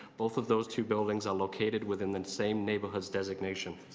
both of those two buildings ah located within the same neighbourhood's resignation.